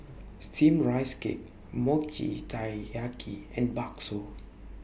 Steamed Rice Cake Mochi Taiyaki and Bakso